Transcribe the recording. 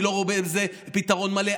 אני לא רואה בזה פתרון מלא,